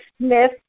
Smith